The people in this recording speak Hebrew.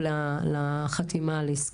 מענה.